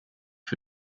für